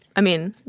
i mean,